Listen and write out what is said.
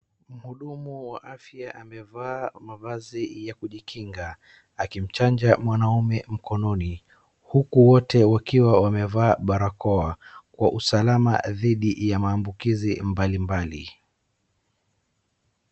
Mhudumu wa afya amevaa mavazi ya kujikinga akimchanja mwanaume mkononi huku wote wakiwa wamevaa barakoa kwa usalama dhidi ya maambukizi mbalimbali.